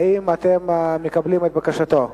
האם אתם מקבלים את בקשתו?